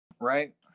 right